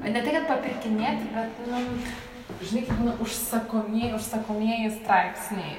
ne tai kad papirkinėti bet nu žinai kai būna užsakomieji užsakomieji straipsniai